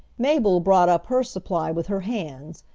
mabel brought up her supply with her hands,